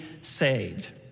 saved